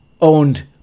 owned